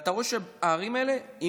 ואתה רואה שהערים האלה,